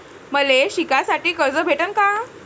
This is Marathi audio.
मले शिकासाठी कर्ज भेटन का?